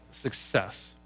success